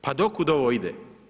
Pa do kud ovo ide?